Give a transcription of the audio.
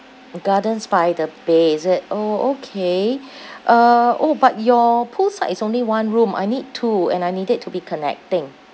gardens by the bay is it orh okay uh orh but your pool side is only one room I need two and I need it to be connecting